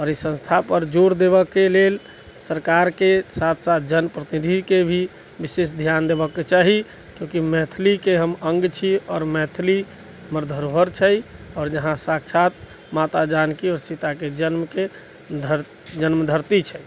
आओर ई संस्था पर जोर देबैके लेल सरकार साथ जनप्रतिनिधिके भी विशेष ध्यान देबऽके चाही किआकि मैथिलीके हम अङ्ग छी आओर मैथिली हमर धरोहर छै आओर जहाँ साक्षात माता जानकी आओर सीताके जन्मके जन्म धरती छै